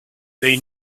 they